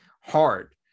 hard